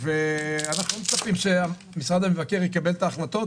אנחנו לא מצפים שמשרד המבקר יקבל את ההחלטות,